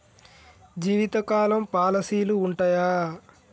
జీవితకాలం పాలసీలు ఉంటయా?